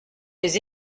les